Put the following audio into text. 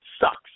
sucks